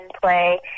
play